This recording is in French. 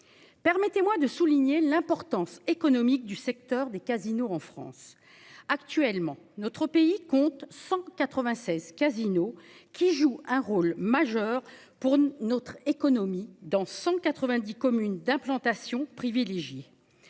Permettez-moi de souligner l'importance économique du secteur des casinos en France actuellement. Notre pays compte 196 casinos qui joue un rôle majeur pour notre économie dans 190 communes d'implantation privilégiée.